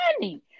money